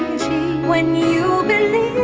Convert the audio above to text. when you